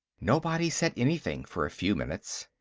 nobody said anything for a few minutes.